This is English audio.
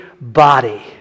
body